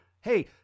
hey